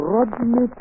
Rodney